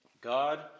God